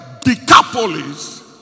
Decapolis